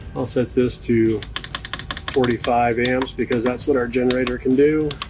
i'll set this to forty five amps because that's what our generator can do.